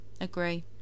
Agree